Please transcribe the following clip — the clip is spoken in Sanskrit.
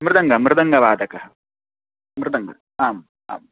मृदङ्गं मृदङ्गवादकः मृदङ्गम् आम् आम्